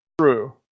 true